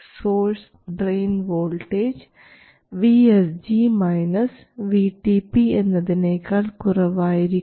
source drain voltage VSG minus Vtp എന്നതിനെക്കാൾ കുറവായിരിക്കും